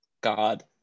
God